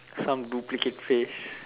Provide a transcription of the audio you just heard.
some duplicate face